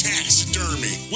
Taxidermy